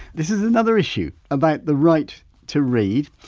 this is another issue about the right to read.